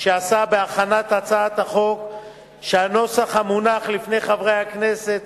שעשה בהכנת הצעת החוק שנוסחה המונח לפני חברי הכנסת